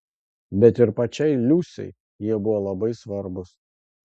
bet ir pačiai liusei jie buvo labai svarbūs